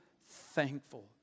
thankful